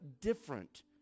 different